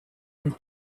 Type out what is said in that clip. and